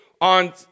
on